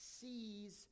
sees